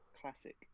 Classic